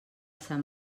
sant